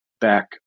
back